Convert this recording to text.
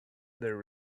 there